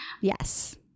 yes